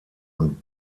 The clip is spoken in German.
und